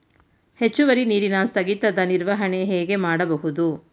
ಹೆಚ್ಚುವರಿ ನೀರಿನ ಸ್ಥಗಿತದ ನಿರ್ವಹಣೆ ಹೇಗೆ ಮಾಡಬಹುದು?